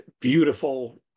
beautiful